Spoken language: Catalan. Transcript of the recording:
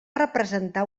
representar